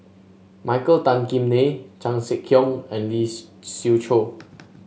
Michael Tan Kim Nei Chan Sek Keong and Lee Sie Siew Choh